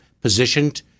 positioned